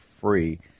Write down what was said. Free